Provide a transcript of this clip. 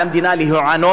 על המדינה להיענות